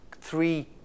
three